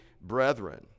brethren